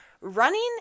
running